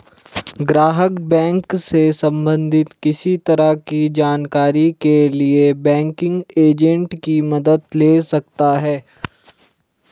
ग्राहक बैंक से सबंधित किसी तरह की जानकारी के लिए बैंकिंग एजेंट की मदद ले सकता है